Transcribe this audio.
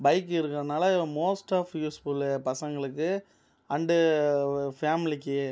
பைக்கிறக்கனால் most of useful பசங்களுக்கு and ஃபேமிலிக்கு